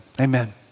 Amen